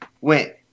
went